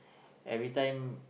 every time